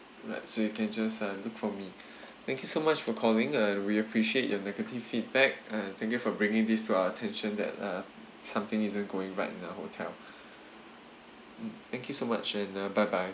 alright so you can just um look for me thank you so much for calling uh we appreciate your negative feedback and thank you for bringing this to our attention that uh something isn't going right now in our hotel mm thank you so much and uh bye bye